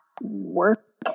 work